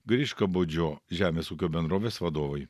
griškabūdžio žemės ūkio bendrovės vadovui